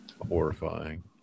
Horrifying